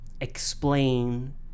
explain